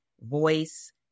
voice